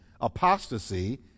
apostasy